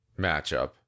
matchup